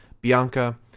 Bianca